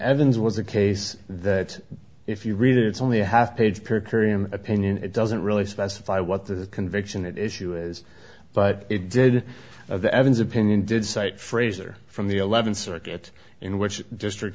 evans was a case that if you read it it's only a half page per curiam opinion it doesn't really specify what the conviction at issue is but it did the evans opinion did cite fraser from the eleventh circuit in which district